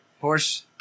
Horse